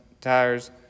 tires